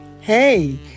Hey